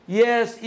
yes